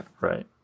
right